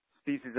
species